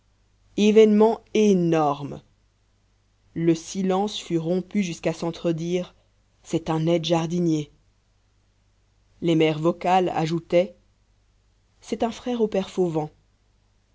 événement énorme le silence fut rompu jusqu'à sentre dire c'est un aide jardinier les mères vocales ajoutaient c'est un frère au père fauvent